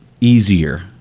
easier